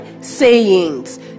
sayings